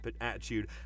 attitude